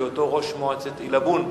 בהיותו ראש מועצת עילבון,